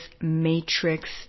matrix